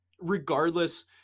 regardless